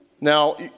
Now